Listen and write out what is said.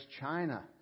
China